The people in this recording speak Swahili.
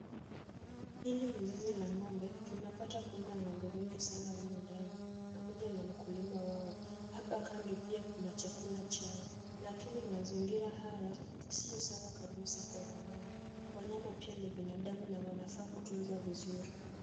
Hili ni zizi la ng'ombe. Tunapata kuona ng'ombe wengi sana humu ndani, pamoja na mkulima wao. Hapa kando pia kuna chakula chao. Lakini mazingira haya sio sawa kabisa kwa wanyama. Wanyama pia ni binadamu na wanafaa kutunzwa vizuri.